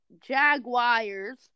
Jaguars